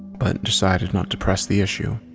but decided not to press the issue.